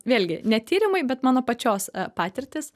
vėlgi ne tyrimai bet mano pačios patirtis